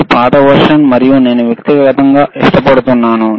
ఇది పాత వెర్షన్ మరియు నేను వ్యక్తిగతంగా ఇష్టపడుతున్నాను